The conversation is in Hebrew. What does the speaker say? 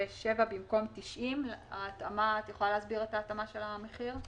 במקום 90. את יכולה להסביר את ההתאמה של המחיר?